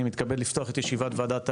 אני מתכבד לפתוח את ישיבת וועדת העלייה,